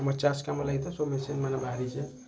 ଆମର ଚାଷ କାମ ଲାଗି ତ ସବୁ ମେସିନ୍ମାନେ ବାହାରିଛେ